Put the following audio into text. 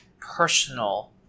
personal